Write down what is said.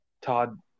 Todd